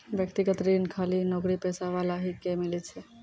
व्यक्तिगत ऋण खाली नौकरीपेशा वाला ही के मिलै छै?